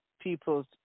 people's